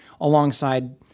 alongside